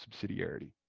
subsidiarity